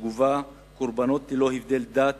שגובה קורבנות ללא הבדל דת,